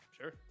Sure